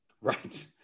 Right